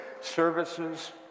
services